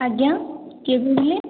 ଆଜ୍ଞା କିଏ କହୁଥିଲେ